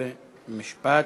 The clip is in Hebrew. חוק ומשפט.